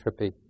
trippy